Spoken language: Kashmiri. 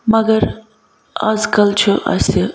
مگر آزکَل چھُ اَسہِ